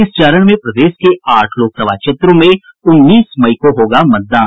इस चरण में प्रदेश के आठ लोकसभा क्षेत्रों में उन्नीस मई को होगा मतदान